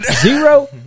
Zero